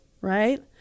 right